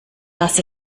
das